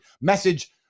Message